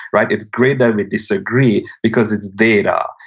right? it's great that we disagree because it's data,